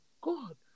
god